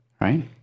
right